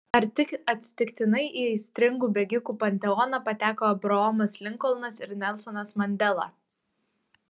ar tik atsitiktinai į aistringų bėgikų panteoną pateko abraomas linkolnas ir nelsonas mandela